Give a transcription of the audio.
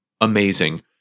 amazing